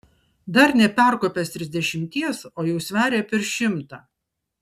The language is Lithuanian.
dar neperkopęs trisdešimties o jau sveria per šimtą